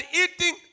eating